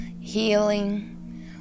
healing